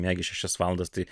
miegi šešias valandas tai